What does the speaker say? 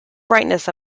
brightness